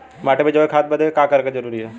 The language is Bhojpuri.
माटी में जैविक खाद बदे का का जरूरी ह?